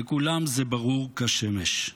לכולם זה ברור כשמש.